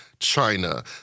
China